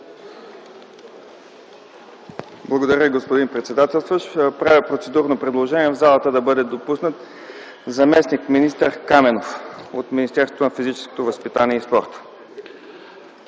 Благодаря, господин председателстващ. Правя процедурно предложение в залата да бъде допуснат господин Каменов - заместник-министър на физическото възпитание и спорта.